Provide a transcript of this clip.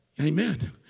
Amen